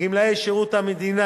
גמלאי שירות המדינה,